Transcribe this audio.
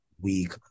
week